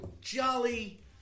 Jolly